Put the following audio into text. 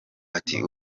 ati